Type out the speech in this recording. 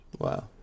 wow